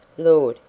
lord,